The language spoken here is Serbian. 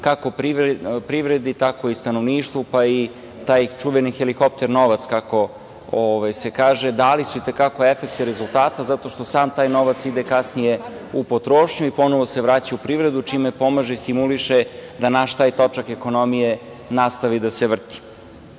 kako privredi, tako i stanovništvu, pa i taj čuveni helikopter novac, kako se kaže, dali su i te kako efekte i rezultate, zato što sav taj novac ide kasnije u potrošnju i ponovo se vraća u privredu čime pomaže i stimuliše da naš taj točak ekonomije nastavi da se